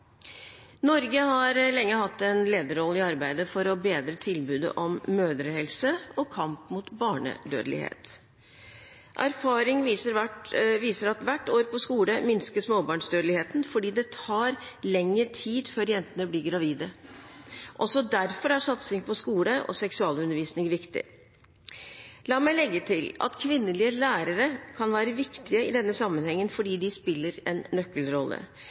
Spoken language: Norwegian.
Norge har lenge hatt en lederrolle i arbeidet for å bedre tilbudet om mødrehelse og kamp mot barnedødelighet. Erfaring viser at hvert år på skole minsker småbarnsdødeligheten, fordi det tar lengre tid før jentene blir gravide. Også derfor er satsing på skole og seksualundervisning viktig. La meg legge til at kvinnelige lærere kan være viktige i denne sammenheng, fordi de spiller en nøkkelrolle.